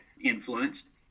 influenced